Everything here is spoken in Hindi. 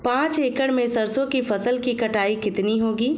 पांच एकड़ में सरसों की फसल की कटाई कितनी होगी?